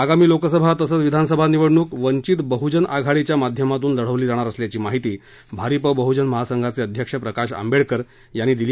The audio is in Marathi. आगामी लोकसभा तसंच विधानसभा निवडणुक वंचित बहजन आघाडीच्या माध्यमातून लढली जाणार असल्याची माहिती भारिप बह्जन महासंघाचे अध्यक्ष प्रकाश आंबेडकर यांनी दिली